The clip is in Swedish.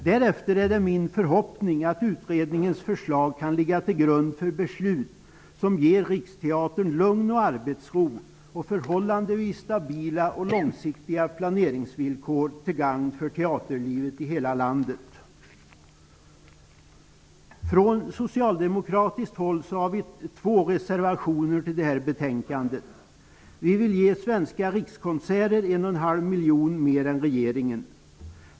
Därefter är det min förhoppning att utredningens förslag kan ligga till grund för beslut som ger Riksteatern lugn, arbetsro och förhållandevis stabila och långsiktiga planeringsvillkor, till gagn för teaterlivet i hela landet. Från socialdemokratiskt håll har vi två reservationer till detta betänkande. Vi vill ge Svenska rikskonserter 1,5 miljoner mer än regeringen.